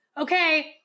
okay